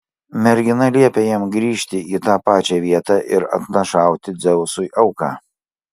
mergina liepė jam grįžti į tą pačią vietą ir atnašauti dzeusui auką